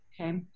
Okay